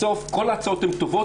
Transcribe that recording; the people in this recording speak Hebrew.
בסוף כל ההצעות הן טובות,